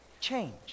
Change